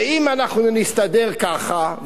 ואם אנחנו נסתדר ככה?